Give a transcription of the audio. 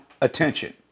attention